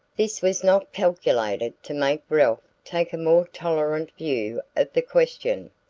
this was not calculated to make ralph take a more tolerant view of the question.